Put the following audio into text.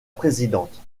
présidente